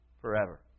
forever